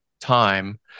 time